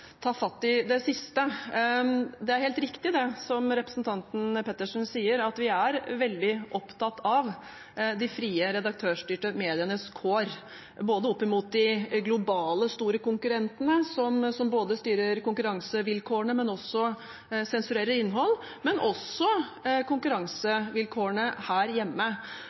ta fatt i det siste. Det er helt riktig, som representanten Pettersen sier, at vi er veldig opptatt av de frie, redaktørstyrte medienes kår, både opp imot de globale, store konkurrentene, som både styrer konkurransevilkårene og sensurerer innhold, og også konkurransevilkårene her hjemme.